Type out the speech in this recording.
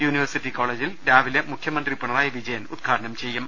university കോളേജിൽ രാവിലെ മുഖ്യമന്ത്രി പിണറായി വിജയൻ ഉദ്ഘാടനം ചെയ്യും